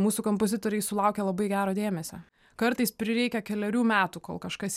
mūsų kompozitoriai sulaukia labai gero dėmesio kartais prireikia kelerių metų kol kažkas